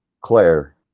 claire